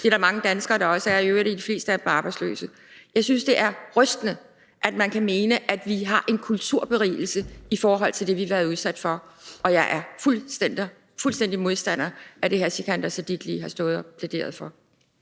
Det er der mange danskere der også er. I øvrigt er de fleste af dem arbejdsløse. Jeg synes, det er rystende, at man kan mene, at vi har en kulturberigelse, i forhold til det, vi har været udsat for, og jeg er fuldstændig modstander af det, hr. Sikandar Siddique lige har stået og plæderet for.